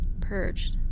Purged